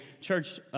church